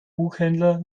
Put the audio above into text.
buchhändler